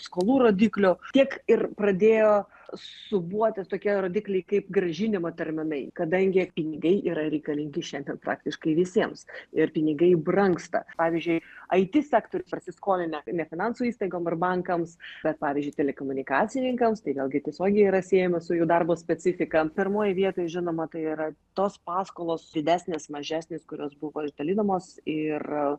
skolų rodiklių tiek ir pradėjo siūbuotis tokie rodikliai kaip grąžinimo terminai kadangi pinigai yra reikalingi šiandien praktiškai visiems ir pinigai brangsta pavyzdžiui it sektorius prasiskolinę ne finansų įstaigom ar bankams bet pavyzdžiui telekomunikacininkams tai vėlgi tiesiogiai yra siejama su jų darbo specifika pirmoj vietoj žinoma tai yra tos paskolos didesnės mažesnės kurios buvo išdalinamos ir